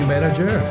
manager